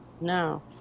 No